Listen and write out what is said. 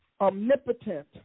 omnipotent